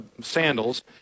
sandals